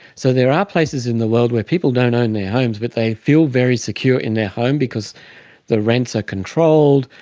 so there are places in the world where people don't own their homes but they feel very secure in their home because the rents are controlled,